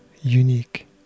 unique